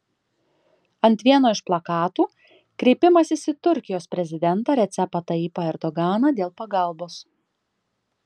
ant vieno iš plakatų kreipimasis į turkijos prezidentą recepą tayyipą erdoganą dėl pagalbos